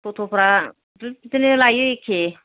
ट'ट' फ्रा बो बिदिनो लायो एखे